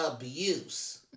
abuse